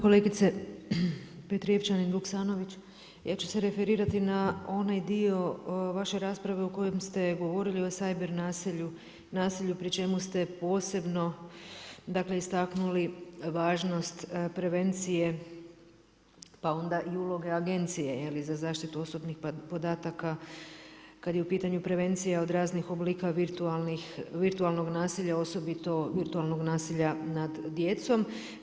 Kolegice Petrijevčanin Vuksanović ja ću se referirati na onaj dio vaše rasprave u kojoj ste govorili o cyber nasilju, nasilju pri čemu ste posebno, dakle istaknuli važnost prevencije pa onda i uloge Agencije za zaštitu osobnih podataka kad je u pitanju prevencija od raznih oblika virtualnog nasilja, osobito virtualnog nasilja nad djecom.